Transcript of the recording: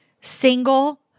single